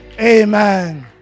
Amen